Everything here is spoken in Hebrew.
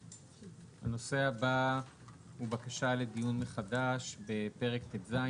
הנושא הבא הוא בקשה לדיון מחדש בפרק ט"ז,